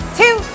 two